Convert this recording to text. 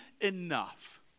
enough